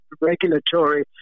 regulatory